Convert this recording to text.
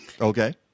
Okay